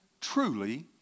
truly